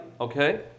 Okay